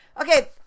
Okay